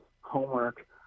homework